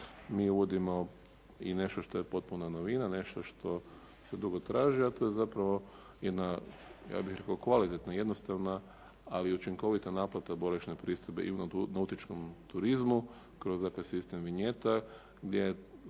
mi uvodimo i nešto što je potpuna novina, nešto što se drugo traži, a to je zapravo, ja bih rekao kvalitetna, jednostavna, ali i učinkovita naplata boravišne pristojbe i u nautičkom turizmu, kroz dakle, sistem vinjeta gdje